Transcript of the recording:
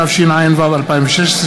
התשע"ו 2016,